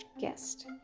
guest